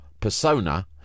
persona